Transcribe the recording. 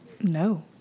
No